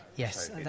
Yes